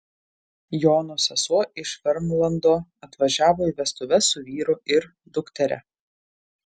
jono sesuo iš vermlando atvažiavo į vestuves su vyru ir dukteria